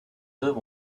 œuvres